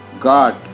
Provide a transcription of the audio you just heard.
God